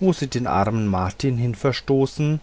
wo sie den armen martin hinverstoßen